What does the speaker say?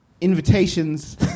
invitations